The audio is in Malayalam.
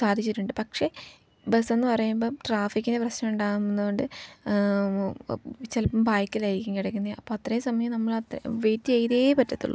സാധിച്ചിട്ടുണ്ട് പക്ഷേ ബസ്സെന്നു പറയുമ്പം ട്രാഫിക്കിൻ്റെ പ്രശ്നം ഉണ്ടാകുന്നതു കൊണ്ട് ചിലപ്പം ബൈക്കിലായിരിക്കും കിടക്കുന്നത് അപ്പം അത്രയും സമയം നമ്മളത്രക്കും വെയിറ്റ് ചെയ്തേ പറ്റത്തുള്ളൂ